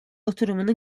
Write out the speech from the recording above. oturumunu